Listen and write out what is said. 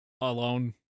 alone